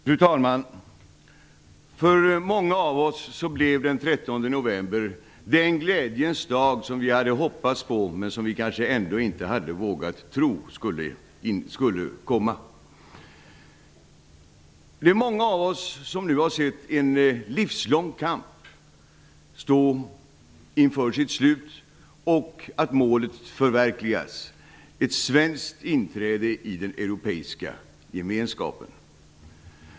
Fru talman! För många av oss blev den 13 november den glädjens dag som vi hade hoppats på, men som vi ändå kanske inte hade vågat tro skulle komma. Det är många av oss som nu har sett en livslång kamp stå inför sitt slut och att målet förverkligas, ett svenskt inträde i den europeiska gemenskapen.